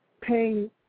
paying